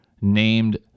named